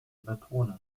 betonen